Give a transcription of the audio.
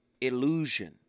illusion